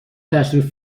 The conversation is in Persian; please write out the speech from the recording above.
تشریف